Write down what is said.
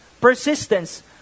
Persistence